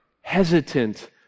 hesitant